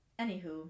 anywho